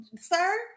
sir